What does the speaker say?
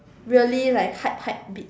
really like hype hype beat